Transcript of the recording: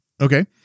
Okay